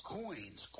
coins